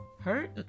hurt